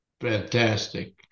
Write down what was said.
fantastic